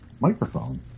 microphone